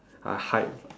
uh hide